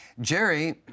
Jerry